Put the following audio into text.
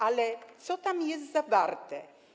Ale co tam jest zawarte?